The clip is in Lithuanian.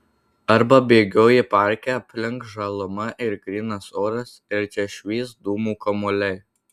arba bėgioji parke aplink žaluma ir grynas oras ir čia švyst dūmų kamuoliai